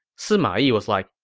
sima yi was like,